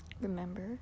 remember